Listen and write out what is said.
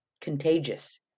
contagious